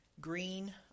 green